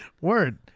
Word